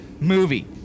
movie